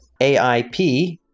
AIP